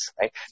Right